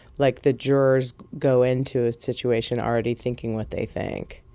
like, the jurors go into a situation already thinking what they think,